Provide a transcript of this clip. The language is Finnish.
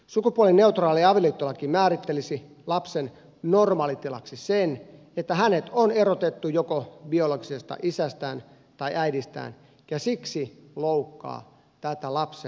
sukupuolineutraali avioliittolaki määrittelisi lapsen normaalitilaksi sen että hänet on erotettu joko biologisesta isästään tai äidistään ja siksi loukkaa tätä lapsen perusoikeutta